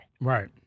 Right